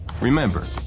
Remember